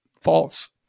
false